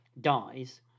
dies